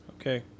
Okay